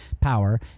power